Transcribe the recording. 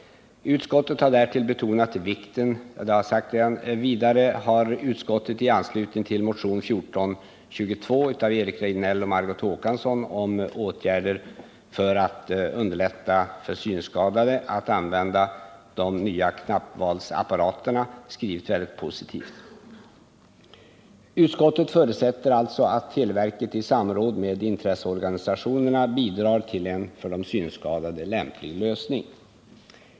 Vidare har utskottet i anslutning till motion nr 1422 av Eric Rejdnell och Margot Håkansson om åtgärder för att underlätta för synskadade att använda de nya knappvalsapparaterna skrivit mycket positivt. Utskottet förutsätter alltså att televerket i samråd med intresseorganisationerna bidrar till en för de synskadade lämplig lösning.